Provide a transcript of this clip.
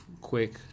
quick